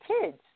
kids